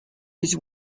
his